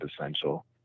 essential